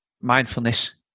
mindfulness